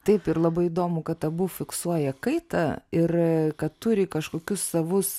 taip ir labai įdomu kad abu fiksuoja kaitą ir kad turi kažkokius savus